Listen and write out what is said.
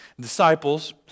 Disciples